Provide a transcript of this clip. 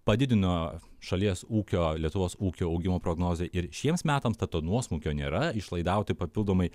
padidino šalies ūkio lietuvos ūkio augimo prognozę ir šiems metams tad to nuosmukio nėra išlaidauti papildomai